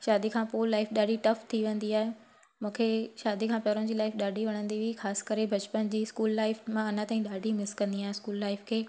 शादी खां पोइ लाइफ ॾाढी टफ थी वेंदी आहे मूंखे शादी खां पहिरियों जी लाइफ ॾाढी वणंदी हुई ख़ासि करे बचपन जी स्कूल लाइफ मां अञा ताईं ॾाढी मिस कंदी आहियां स्कूल लाइफ खे